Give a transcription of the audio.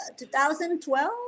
2012